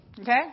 Okay